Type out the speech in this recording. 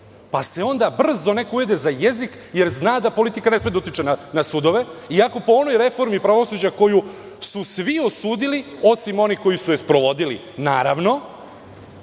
pa se onda brzo neko ujede za jezik, jer zna da politika ne sme da utiče na sudove iako po onoj reformi pravosuđa koju su svi osudili, osim onih koji su je sprovodili, naravno,